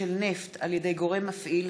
של נפט על-ידי גורם מפעיל,